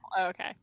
okay